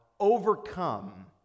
Overcome